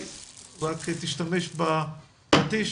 הישיבה ננעלה בשעה